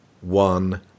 one